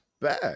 back